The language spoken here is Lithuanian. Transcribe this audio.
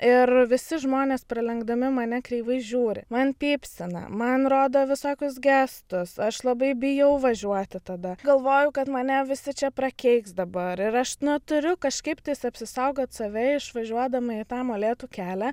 ir visi žmonės pralenkdami mane kreivai žiūri man pypsina man rodo visokius gestus aš labai bijau važiuoti tada galvoju kad mane visi čia prakeiks dabar ir aš na turiu kažkaip tais apsisaugot save išvažiuodama į tą molėtų kelią